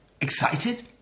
excited